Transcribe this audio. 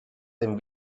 dem